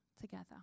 together